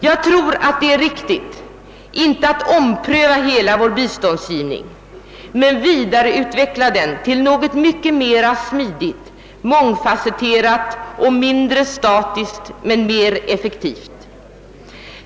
Jag tror att det är riktigt, inte att ompröva hela vår biståndsgivning men att vidareutveckla den till något mycket mera smidigt, mångfasetterat och mindre statiskt men mera effektivt.